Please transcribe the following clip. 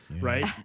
Right